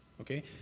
Okay